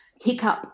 hiccup